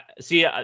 see